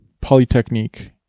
Polytechnique